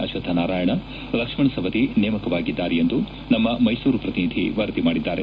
ಅಕ್ಷಕ್ಥನಾರಾಯಣ ಲಕ್ಷ್ಮಣ ಸವದಿ ನೇಮಕವಾಗಿದ್ದಾರೆ ಎಂದು ನಮ್ಮ ಮೈಸೂರು ಪ್ರತಿನಿಧಿ ವರದಿ ಮಾಡಿದ್ದಾರೆ